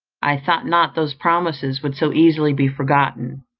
i thought not those promises would so easily be forgotten.